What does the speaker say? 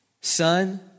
Son